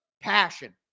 Passion